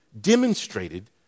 demonstrated